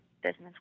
business